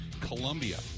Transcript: columbia